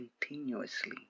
continuously